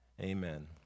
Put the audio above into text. Amen